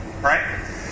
Right